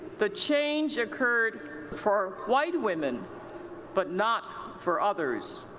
the change occurred for white women but not for others.